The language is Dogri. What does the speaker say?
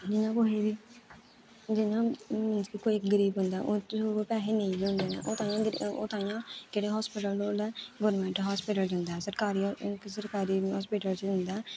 जियां कुहै दी जियां मींस कि कोई गरीब बंदा ऐ ओह्दे कोल पैहे नेईं गै होंदे न ओह् ताइयें एह्ड़े हास्पिटल गौरमैंट हास्पिटल जंदा ऐ सरकारी सरकारी हास्पिटल च जंदा ऐ